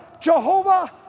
Jehovah